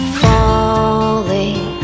falling